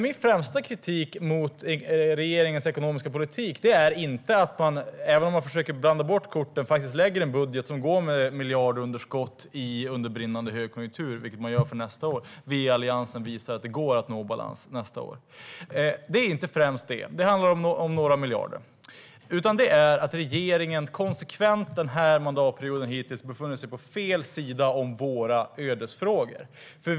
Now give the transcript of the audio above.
Min främsta kritik mot regeringens ekonomiska politik är inte, även om man försöker blanda bort korten, att man lägger fram en budget som går med miljarder i underskott under brinnande högkonjunktur, vilket man gör för nästa år. Vi i Alliansen visar att det går att nå balans nästa år. Det är inte främst några miljarder det handlar om, utan det är fråga om att regeringen konsekvent under denna mandatperiod befunnit sig på fel sida om våra ödesfrågor.